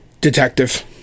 detective